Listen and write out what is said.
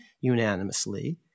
unanimously